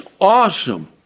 awesome